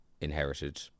inherited